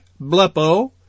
blepo